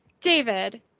david